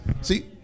see